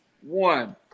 One